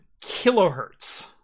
kilohertz